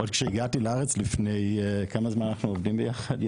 עוד כשהגעתי לארץ לפני 13 שנה,